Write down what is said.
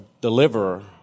deliverer